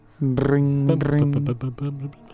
bring